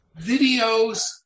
Videos